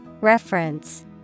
Reference